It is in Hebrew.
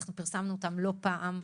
פרסמנו אותם לא פעם.